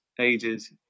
ages